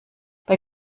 bei